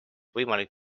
võimalik